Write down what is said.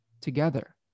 together